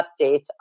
updates